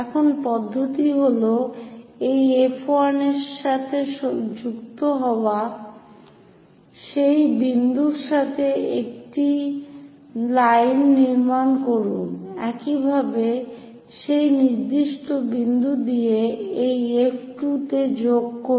এখন পদ্ধতি হল এই F1 এর সাথে যুক্ত হওয়া সেই বিন্দুর সাথে এটি একটি নির্মাণ লাইন একইভাবে সেই নির্দিষ্ট বিন্দু দিয়ে এই F2 তে যোগ করুন